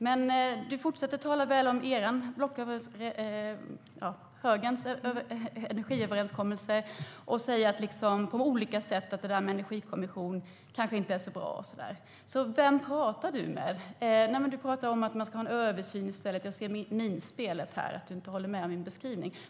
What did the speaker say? Men du fortsätter att tala väl om er energiöverenskommelse inom högern. Du säger på olika sätt att det där med energikommission kanske inte är så bra. Vem pratar du med? Du säger att man i stället ska ha en översyn - jag ser på ditt minspel att du inte håller med om min beskrivning.